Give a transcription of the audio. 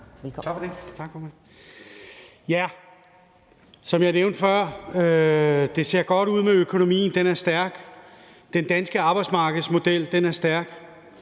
Velkommen.